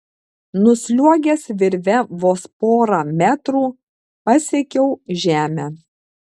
nusliuogęs virve vos porą metrų pasiekiau žemę